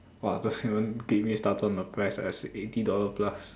!wah! haven't get me started on the price as eighty dollar plus